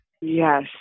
Yes